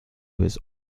was